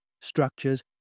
structures